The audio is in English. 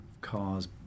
cars